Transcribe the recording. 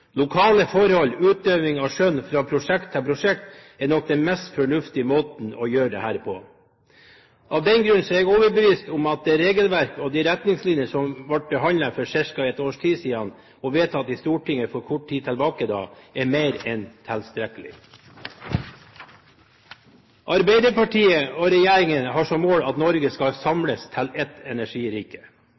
Lokale forhold og utøving av skjønn fra prosjekt til prosjekt er nok den mest fornuftige måten å gjøre dette på. Av den grunn er jeg overbevist om at det regelverk og de retningslinjer som ble behandlet for ca. et år siden, og vedtatt i Stortinget kort tid tilbake, er mer enn tilstrekkelig. Arbeiderpartiet og regjeringen har som mål at Norge skal samles til ett energirike.